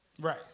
Right